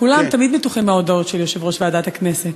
כולם תמיד מתוחים מההודעות של יושב-ראש ועדת הכנסת.